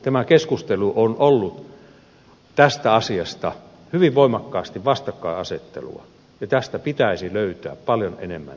tämä keskustelu tästä asiasta on ollut hyvin voimakkaasti vastakkaisasettelua ja tähän pitäisi löytää paljon enemmän yhteisymmärrystä